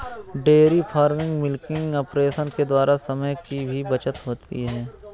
dairy farming milking operation के द्वारा समय की भी बचत होती है